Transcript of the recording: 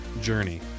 journey